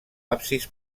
absis